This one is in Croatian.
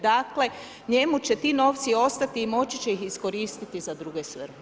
Dakle njemu će ti novci ostati i moći će ih iskoristiti za druge svrhe.